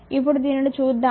ఇప్పుడు దీనిని చూద్దాము